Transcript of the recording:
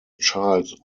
child